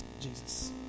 Jesus